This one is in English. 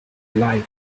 life